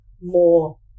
more